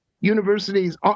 universities